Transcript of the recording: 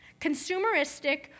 consumeristic